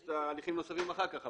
יש תהליכים נוספים אחר כך,